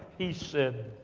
he said,